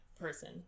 person